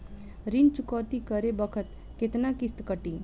ऋण चुकौती करे बखत केतना किस्त कटी?